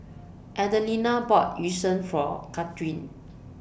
Adelina bought Yu Sheng For Kathryn